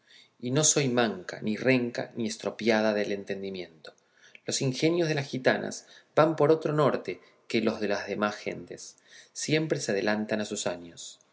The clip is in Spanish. y no soy manca ni renca ni estropeada del entendimiento los ingenios de las gitanas van por otro norte que los de las demás gentes siempre se adelantan a sus años